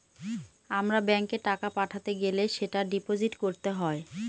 আমার ব্যাঙ্কে টাকা পাঠাতে গেলে সেটা ডিপোজিট করতে হবে